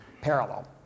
parallel